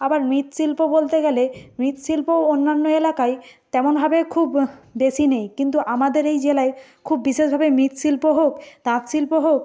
আবার মৃৎ শিল্প বলতে গেলে মৃৎ শিল্পও অন্যান্য এলাকায় তেমনভাবে খুব বেশি নেই কিন্তু আমাদের এই জেলায় খুব বিশেষভাবেই মৃৎশিল্প হোক তাঁত শিল্প হোক